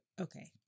Okay